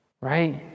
Right